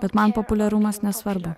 bet man populiarumas nesvarbu